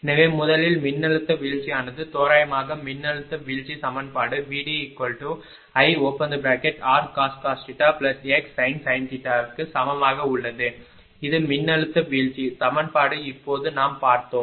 எனவே முதலில் மின்னழுத்த வீழ்ச்சியானது தோராயமாக மின்னழுத்த வீழ்ச்சி சமன்பாடு VDIrcos xsin க்கு சமமாக உள்ளது இது மின்னழுத்த வீழ்ச்சி சமன்பாடு இப்போது நாம் பார்த்தோம்